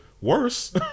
worse